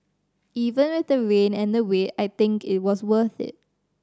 even with the rain and the wait I think it was worth it